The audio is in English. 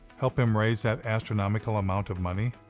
help him raise that astronomical amount of money?